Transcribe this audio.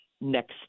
next